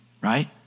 right